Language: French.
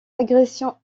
agressions